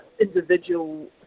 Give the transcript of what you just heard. individual